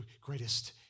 greatest